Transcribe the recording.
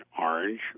orange